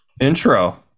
intro